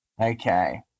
Okay